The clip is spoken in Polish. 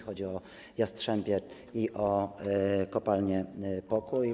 Chodzi o Jastrzębie i o kopalnię Pokój.